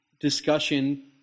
discussion